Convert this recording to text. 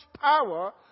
power